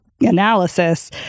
analysis